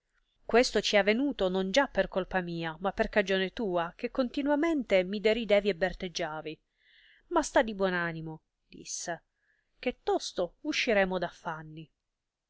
questo ci è avenuto non già per colpa mia ma per cagione tua che continuamente mi deridevi e berteggiavi ma sta di buon animo disse che tosto usciremo